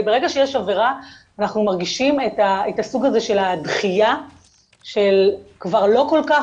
ברגע שיש עבירה אנחנו מרגישים את הסוג הזה של הדחייה שכבר לא כל כך